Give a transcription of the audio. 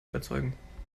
überzeugen